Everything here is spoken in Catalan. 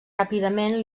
ràpidament